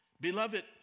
Beloved